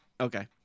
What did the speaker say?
Okay